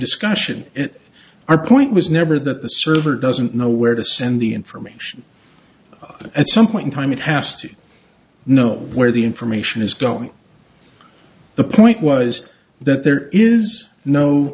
discussion it our point was never that the server doesn't know where to send the information at some point in time it has to know where the information is going the point was that there is no